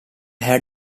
had